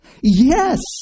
Yes